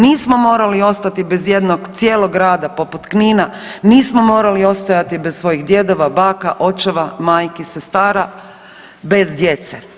Nismo morali ostati bez jednog cijelog grada poput Knina, nismo morali ostajati bez svojih djedova, baka, očeva, majki, sestara bez djece.